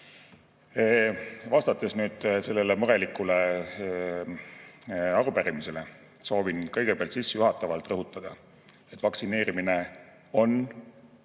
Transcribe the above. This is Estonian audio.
Vastates nüüd sellele murelikule arupärimisele, soovin kõigepealt sissejuhatavalt rõhutada, et vaktsineerimine on